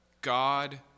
God